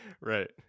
right